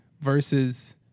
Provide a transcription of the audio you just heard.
versus